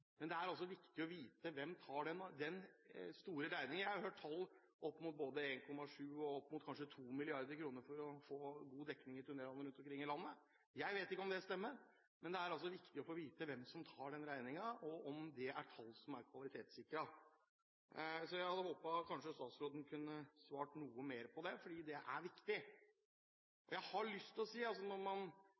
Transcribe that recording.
Men det er viktig å vite hvem som tar den store regningen. Jeg har hørt tall opp mot 1,7 mrd. kr og kanskje 2 mrd. kr for å få god dekning i tunnelene rundt om i landet. Jeg vet ikke om det stemmer, men det er viktig å få vite hvem som tar den regningen, og om det er tall som er kvalitetssikret. Jeg hadde håpet at statsråden kanskje kunne svart noe mer på det, for det er viktig. Jeg har lyst til å si at når